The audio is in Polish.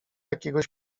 jakiegoś